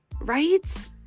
right